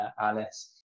Alice